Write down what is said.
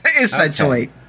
essentially